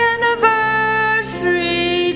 Anniversary